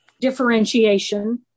differentiation